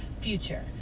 future